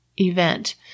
event